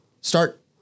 start